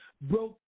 broke